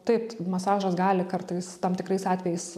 taip masažas gali kartais tam tikrais atvejais